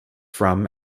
from